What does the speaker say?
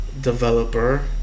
developer